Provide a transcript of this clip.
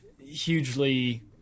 hugely